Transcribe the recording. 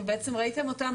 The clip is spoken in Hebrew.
ובעצם ראיתם אותם,